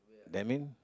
that mean